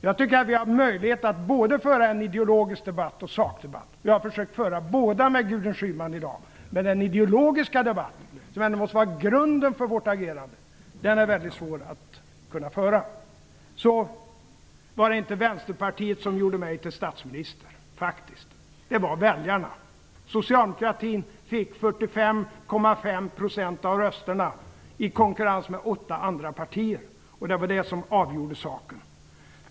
Jag tycker att vi har möjlighet att föra både en ideologisk debatt och en sakdebatt, och jag har försökt föra båda med Gudrun Schyman i dag. Men den ideologiska debatten, som ändå måste vara grunden för vårt agerande, den är väldigt svår att föra. Det var inte Vänsterpartiet som gjorde mig till statsminister, faktiskt. Det var väljarna. Socialdemokraterna fick 45,5 % av rösterna i konkurrens med åtta andra partier, och det var det som avgjorde saken.